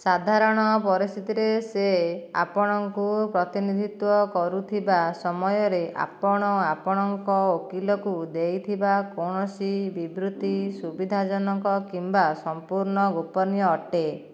ସାଧାରଣ ପରିସ୍ଥିତିରେ ସେ ଆପଣଙ୍କୁ ପ୍ରତିନିଧିତ୍ୱ କରୁଥିବା ସମୟରେ ଆପଣ ଆପଣଙ୍କ ଓକିଲଙ୍କୁ ଦେଇଥିବା କୌଣସି ବିବୃତ୍ତି ସୁବିଧାଜନକ କିମ୍ବା ସମ୍ପୂର୍ଣ୍ଣ ଗୋପନୀୟ ଅଟେ